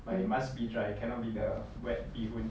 but it must be dry cannot be the wet mee hoon